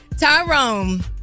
Tyrone